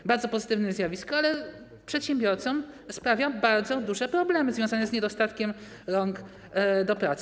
To bardzo pozytywne zjawisko, ale przedsiębiorcom sprawia bardzo duże problemy związane z niedostatkiem rąk do pracy.